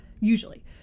usually